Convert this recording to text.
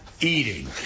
eating